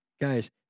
Guys